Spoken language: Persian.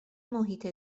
محیط